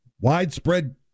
widespread